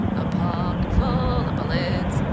a pocketful a bullets,